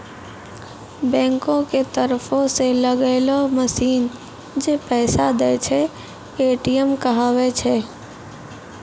बैंको के तरफो से लगैलो मशीन जै पैसा दै छै, ए.टी.एम कहाबै छै